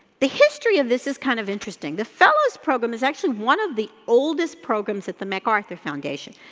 the history of this is kind of interesting. the fellows program is actually one of the oldest programs at the macarthur foundation.